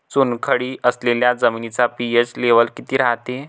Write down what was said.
चुनखडी असलेल्या जमिनीचा पी.एच लेव्हल किती रायते?